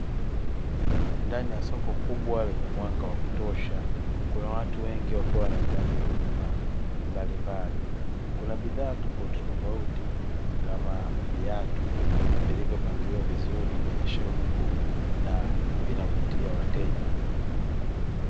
Ndani ya soko kubwa lenye mwanga wa kutosha kuna watu wengi wakiwa wanahitaji huduma mbalimbali. Kuna bidhaa tofautitofauti kama viatu vilivyopangiliwa vizuri kwenye shelfu na vinavutia wateja.